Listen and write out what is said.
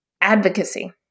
advocacy